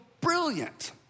brilliant